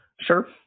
Sure